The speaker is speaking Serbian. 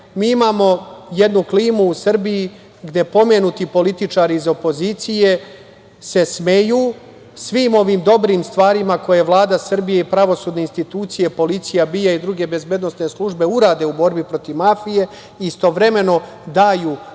mi imamo jednu klimu u Srbiji gde pomenuti političari iz opozicije se smeju svim ovim dobrim stvarima koje Vlada Srbije i pravosudne institucije, policija, BIA i druge bezbednosne službe urade u borbi protiv mafije i istovremeno daju